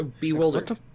bewildered